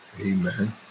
amen